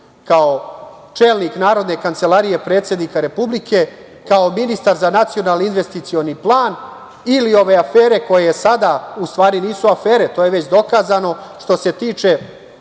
kao čelnik narodne kancelarije predsednika Republike, kao ministar za nacionalni investicioni plan. Ili ove afere koje sada u stvari nisu afere, to je već dokazano, što se tiče